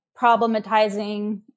problematizing